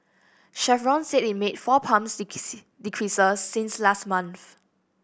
Chevron said it made four pump decreases since last month